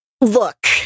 Look